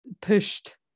pushed